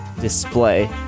display